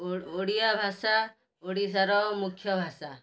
ଓ ଓଡ଼ିଆ ଭାଷା ଓଡ଼ିଶାର ମୁଖ୍ୟ ଭାଷା